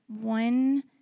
one